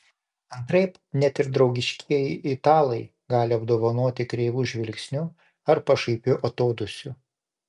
antraip net ir draugiškieji italai gali apdovanoti kreivu žvilgsniu ar pašaipiu atodūsiu